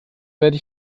werde